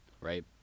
Right